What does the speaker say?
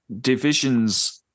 divisions